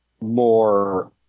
more